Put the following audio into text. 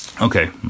okay